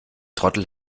trottel